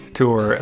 tour